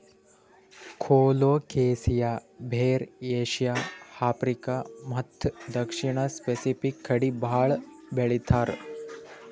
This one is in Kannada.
ಕೊಲೊಕೆಸಿಯಾ ಬೇರ್ ಏಷ್ಯಾ, ಆಫ್ರಿಕಾ ಮತ್ತ್ ದಕ್ಷಿಣ್ ಸ್ಪೆಸಿಫಿಕ್ ಕಡಿ ಭಾಳ್ ಬೆಳಿತಾರ್